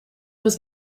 was